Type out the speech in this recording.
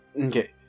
Okay